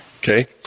Okay